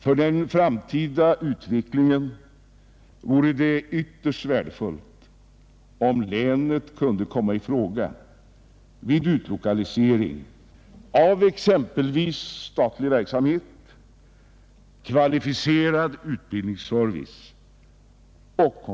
För den framtida utvecklingen vore det ytterst värdefullt, om länet kunde komma i fråga vid utlokalisering av exempelvis statlig verksamhet, kvalificerad utbildningsservice och